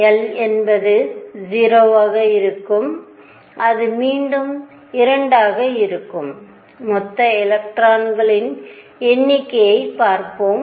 L என்பது 0 க்கு சமம் அது மீண்டும் 2 ஆக இருக்கும் மொத்த எலக்ட்ரான்களின் எண்ணிக்கையைப் பார்ப்போம்